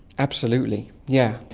absolutely, yeah